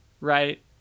right